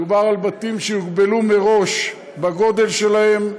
מדובר בבתים שיוגבלו מראש בגודל שלהם,